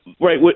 right